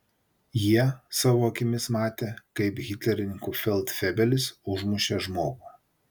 jie savo akimis matė kaip hitlerininkų feldfebelis užmušė žmogų